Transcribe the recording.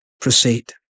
proceed